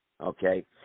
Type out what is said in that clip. okay